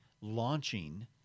launching